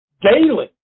daily